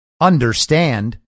understand